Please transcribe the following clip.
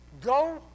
Go